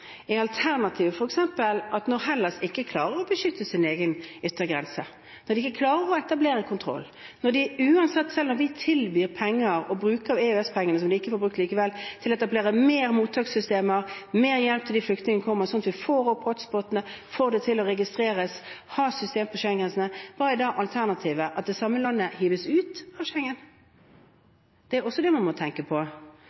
Når Hellas ikke klarer å beskytte sin egen yttergrense, når de ikke klarer å etablere kontroll, selv om vi tilbyr penger – og bruk av EØS-pengene som de ikke får brukt likevel – til å etablere flere mottakssystemer, mer hjelp til de flyktningene som kommer, sånn at vi får opp «hot spot»-ene, får registrert, har et system på Schengen-grensene – hva er da alternativet? At det samme landet hives ut av